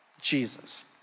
Jesus